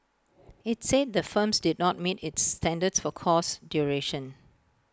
IT said the firms did not meet its standards for course duration